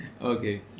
Okay